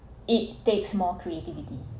it takes more creativity